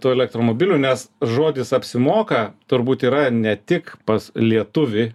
tų elektromobilių nes žodis apsimoka turbūt yra ne tik pas lietuvį